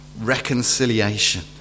reconciliation